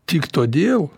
tik todėl